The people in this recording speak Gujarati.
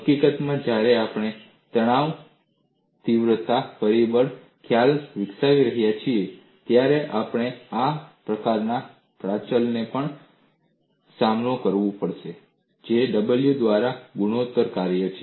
હકીકતમાં જ્યારે આપણે તણાવ તીવ્રતા પરિબળ ખ્યાલ વિકસાવીએ છીએ ત્યારે આપણે આ પ્રકારના પ્રાચલ ને પણ સામેલ કરીશું જે w દ્વારા ગુણોત્તરનું કાર્ય છે